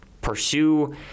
pursue